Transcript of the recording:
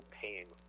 paying